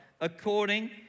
according